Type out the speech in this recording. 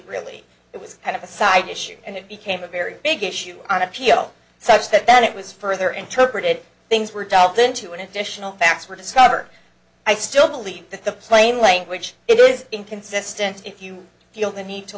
really it was kind of a side issue and it became a very big issue on appeal sex that then it was further interpreted things were delved into and additional facts were discovered i still believe that the plain language it is inconsistent if you feel the need to